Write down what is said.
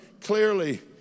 clearly